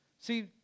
see